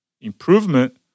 improvement